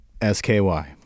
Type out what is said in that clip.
S-K-Y